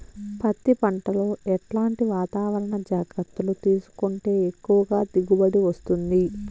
పత్తి పంట లో ఎట్లాంటి వాతావరణ జాగ్రత్తలు తీసుకుంటే ఎక్కువగా దిగుబడి వస్తుంది?